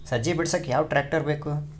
ಸಜ್ಜಿ ಬಿಡಸಕ ಯಾವ್ ಟ್ರ್ಯಾಕ್ಟರ್ ಬೇಕು?